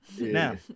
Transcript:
Now